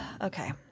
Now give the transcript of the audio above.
Okay